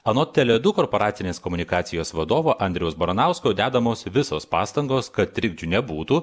anot tele du korporacinės komunikacijos vadovo andriaus baranausko dedamos visos pastangos kad trikdžių nebūtų